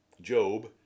Job